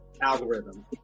algorithm